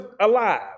alive